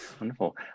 Wonderful